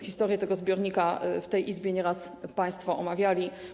Historię tego zbiornika w tej Izbie nieraz państwo omawiali.